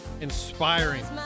Inspiring